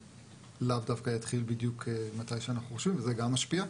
לאו דווקא יתחיל בדיוק מתי שאנחנו חושבים וזה גם ישפיע.